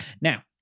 Now